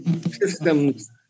systems